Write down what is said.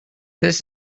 this